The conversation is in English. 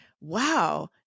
wow